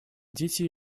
дети